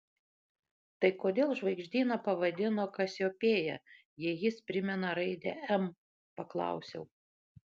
tai kodėl žvaigždyną pavadino kasiopėja jei jis primena raidę m paklausiau